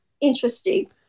interesting